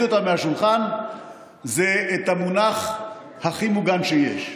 אותה מהשולחן זה את המונח "הכי מוגן שיש".